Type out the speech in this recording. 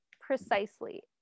Precisely